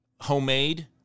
homemade